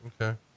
okay